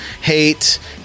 Hate